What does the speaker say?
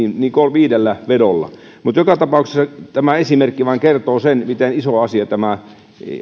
viidellä vedolla mutta joka tapauksessa tämä esimerkki vain kertoo sen miten iso asia tämä